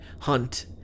hunt